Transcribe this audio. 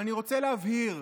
אבל אני רוצה להבהיר: